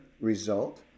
result